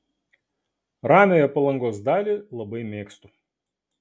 ramiąją palangos dalį labai mėgstu